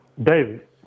David